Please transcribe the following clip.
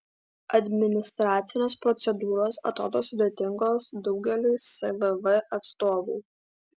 administracinės procedūros atrodo sudėtingos daugeliui svv atstovų